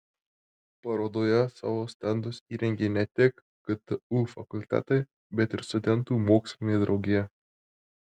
parodoje savo stendus įrengė ne tik ktu fakultetai bet ir studentų mokslinė draugija